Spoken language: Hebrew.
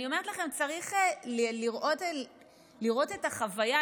אני אומרת לכם, צריך לראות את החוויה.